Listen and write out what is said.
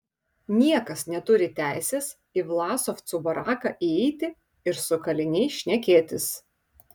niekas neturi teisės į vlasovcų baraką įeiti ir su kaliniais šnekėtis